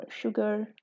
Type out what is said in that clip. sugar